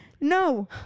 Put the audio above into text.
No